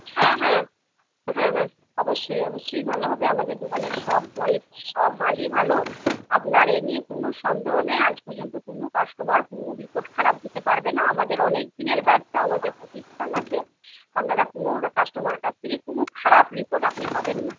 হ্যাঁ হ্যাঁ হ্যাঁ হ্যাঁ অবশ্যই অবশ্যই ভালো হবে আমাদের দোকানের সব কোয়ালিটির সব মালই ভালো আপনার এই নিয়ে কোনো সন্দেহ নেই আজ পর্যন্ত কোনো কাস্টোমার কোনো রিপোর্ট খারাপ দিতে পারবেনা আমাদের অনেক দিনের ব্যবসা আমাদের প্রতিষ্ঠান আছে আপনারা কোনো কাস্টোমারের কাছ থেকে কোনো খারাপ রিপোর্ট আপনি পাবেন না